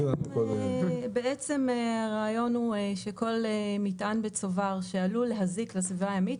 בעצם הרעיון הוא שכל מטען וצובר שעלול להזיק לסביבה הימית,